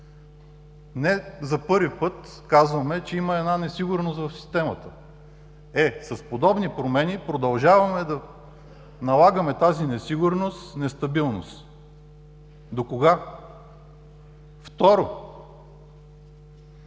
Не за първи път казваме, че има една несигурност в системата. Е, с подобни промени продължаваме да налагаме тази несигурност, нестабилност. Докога? Второ,